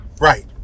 Right